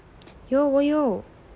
有我有